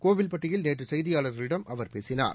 கோவில்பட்டியில் நேற்று செய்தியாளர்களிடம் அவர் பேசினார்